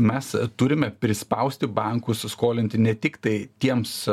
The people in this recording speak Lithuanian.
mes turime prispausti bankus skolinti ne tiktai tiems